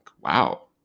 wow